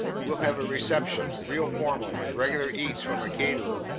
we'll have a reception, real formal, with regular eats from a caterer,